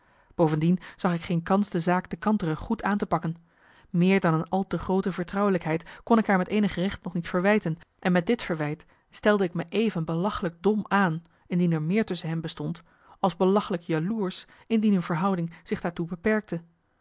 bovendien zag ik geen kans de zaak de kantere goed aan te pakken meer dan een al te groote vertrouwelijkheid kon ik haar met eenig recht nog niet verwijten en met dit verwijt stelde ik me even belachelijk dom aan indien er meer tusschen hen bestond als belachelijk jaloersch indien hun verhouding zich daartoe beperkte